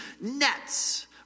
nets